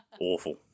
Awful